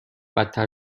بدتر